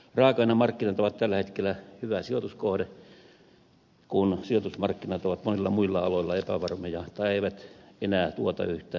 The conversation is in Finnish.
raaka ainemarkkinat ovat tällä hetkellä hyvä sijoituskohde kun sijoitusmarkkinat ovat monilla muilla aloilla epävarmoja tai eivät enää tuota yhtä paljon